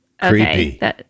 creepy